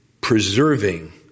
preserving